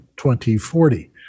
2040